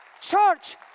Church